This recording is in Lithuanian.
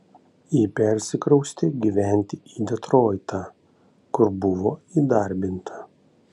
ji persikraustė gyventi į detroitą kur buvo įdarbinta